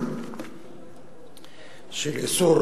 לאיסור